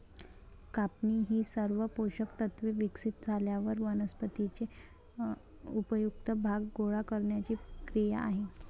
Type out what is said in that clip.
कापणी ही सर्व पोषक तत्त्वे विकसित झाल्यावर वनस्पतीचे उपयुक्त भाग गोळा करण्याची क्रिया आहे